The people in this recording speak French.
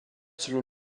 selon